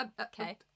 Okay